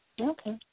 Okay